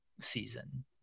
season